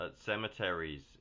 cemeteries